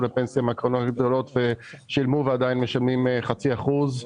לפנסיה מהקרנות הגדולות ושילמו ועדיין משלמים חצי אחוז.